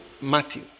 Matthew